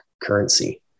currency